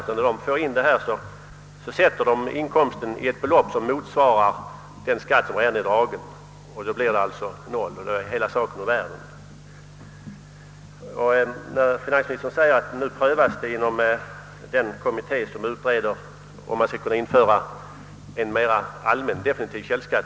De har insett problematiken, och de fastställer inkomsten till ett belopp som motsvarar den källskatt som dragits. Därmed är hela problemet ur världen. Finansministern framhåller vidare att denna fråga nu prövas av den kommitté som har till uppgift att utreda huruvida det är möjligt att införa en allmän definitiv källskatt.